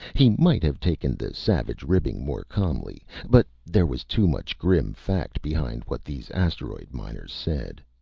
he might have taken the savage ribbing more calmly. but there was too much grim fact behind what these asteroid miners said.